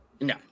No